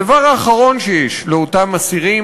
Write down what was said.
הדבר האחרון שיש לאותם אסירים,